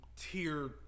tier